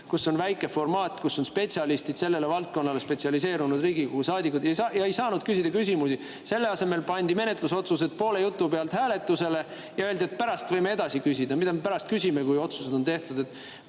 seal on väike formaat, kohal on spetsialistid ja valdkonnale spetsialiseerunud Riigikogu saadikud. Aga seal ei saanud küsida küsimusi. Selle asemel pandi menetlusotsused poole jutu pealt hääletusele ja öeldi, et pärast võite edasi küsida. Mida me pärast küsime, kui otsused on tehtud?